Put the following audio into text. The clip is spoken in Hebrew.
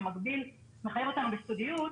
שמחייב אותנו בסודיות,